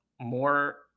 more